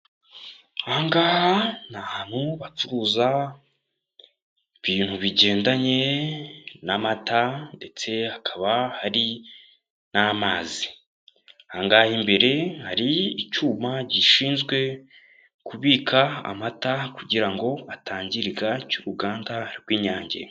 Aha ngaha ni ahantu bacuruza ibintu bigendanye n'amata, ndetse hakaba hari n'amazi. Aha ngaha imbere hari icyuma gishinzwe kubika amata kugira ngo atangirika cy'uruganda rw'inyange.